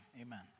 Amen